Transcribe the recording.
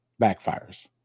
backfires